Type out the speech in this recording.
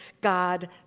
God